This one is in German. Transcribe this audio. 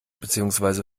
beziehungsweise